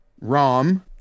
Rom